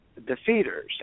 defeaters